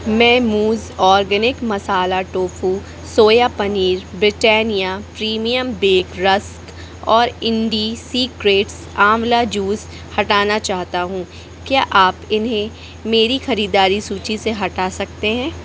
मैं मूज़ organic masala tofu soya paneer Britannia premium bake rusk और इंडिसीक्रेटस आंवला जूस हटाना चाहता हूँ क्या आप इन्हें मेरी ख़रीदारी सूची से हटा सकते हैं